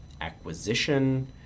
acquisition